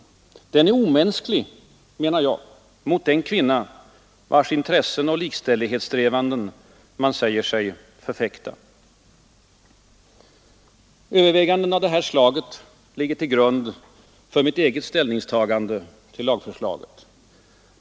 Den är omänsklig, menar jag, mot den kvinna vars intressen och likställighetssträvanden man säger sig förfäkta. Överväganden av det här slaget ligger till grund för mitt eget ställningstagande till lagförslaget.